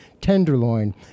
Tenderloin